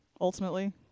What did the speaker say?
Ultimately